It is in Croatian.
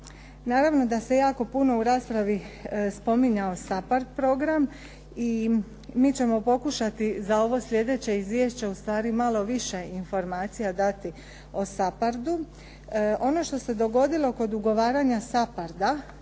Naravno da se jako puno u raspravi spominjao SAPHARD program i mi ćemo pokušati za ovo slijedeće izvješće ustvari malo više informacija dati o SAPHARD-u. Ono što se dogodilo kod ugovaranja SAPHARD-a